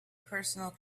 personal